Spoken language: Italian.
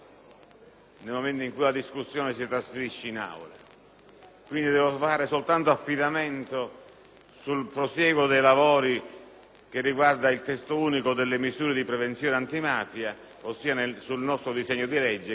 Quindi devo solo fare affidamento sul prosieguo dei lavori che riguardano il testo unico delle misure di prevenzione antimafia, ossia sul nostro disegno di legge che già pende in Commissione giustizia.